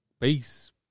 Peace